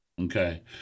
Okay